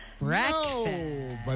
Breakfast